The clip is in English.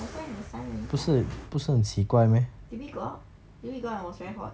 was I in the sun anytime did we go out did we go out when it was very hot